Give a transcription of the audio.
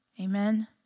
amen